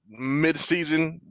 midseason